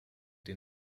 den